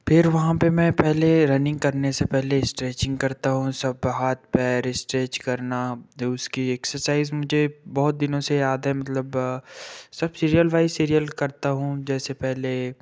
फिर वहाँ पर मैं पहले रनिंग करने से पहले स्ट्रैचिंग करता हूँ सब हाथ पैर स्ट्रैच करना द उसकी एक्ससाइज़ मुझे बहुत दिनों से याद है मतलब सब सीरियल वाइज़ सीरियल करता हूँ जैसे पहले